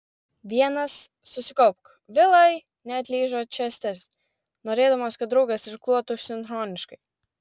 vienas susikaupk vilai neatlyžo česteris norėdamas kad draugas irkluotų sinchroniškai